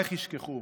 "כשאוהבייך ישכחוך,